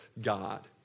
God